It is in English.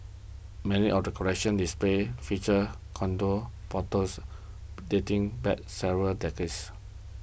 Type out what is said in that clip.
many of the collections display featured contour bottles dating back several decades